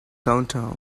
downtown